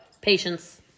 Patience